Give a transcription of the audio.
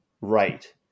right